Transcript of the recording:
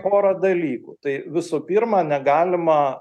pora dalykų tai visų pirma negalima